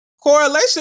Correlation